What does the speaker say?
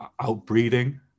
outbreeding